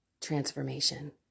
transformation